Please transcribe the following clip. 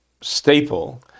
staple